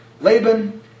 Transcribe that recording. Laban